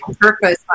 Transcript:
purpose